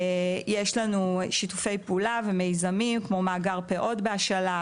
יש לנו שיתופי פעולה ומיזמים כמו מאגר פאות בהשאלה,